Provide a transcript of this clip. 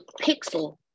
Pixel